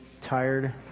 tired